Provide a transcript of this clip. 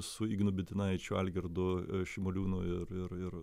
su ignu bitinaičiu algirdu šimoliūnu ir ir ir